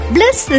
Bless